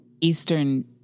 Eastern